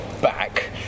back